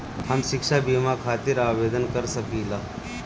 हम शिक्षा बीमा खातिर आवेदन कर सकिला?